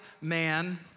man